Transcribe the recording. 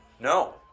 No